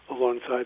alongside